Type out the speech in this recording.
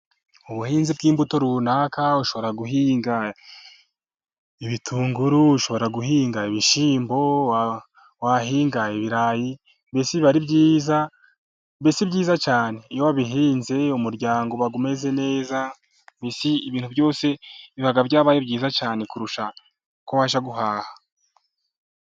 Ubuhinzi bw'imbuto runaka, ushobora guhinga ibitunguru, ushobora guhinga ibishyimbo, wahinga ibirayi, mbese biba ari byiza, mbese byiza cyane. Iyo wabihinze umuryango uba umeze neza, mbese ibintu byose biba byabaye byiza cyane kurusha uko wajya guhaha.